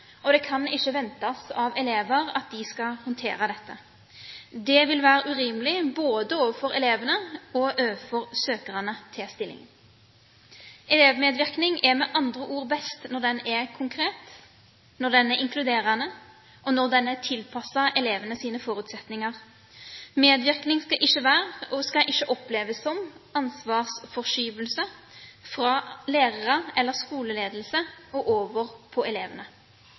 og det kan ikke ventes av elever at de skal håndtere dette. Det ville være urimelig, både overfor elevene og overfor søkerne til stillingen. Elevmedvirkning er med andre ord best når den er konkret, når den er inkluderende, og når den er tilpasset elevenes forutsetninger. Medvirkning skal ikke være, og skal ikke oppleves som, ansvarsforskyvning fra lærere eller skoleledelse over på elevene.